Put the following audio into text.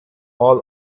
all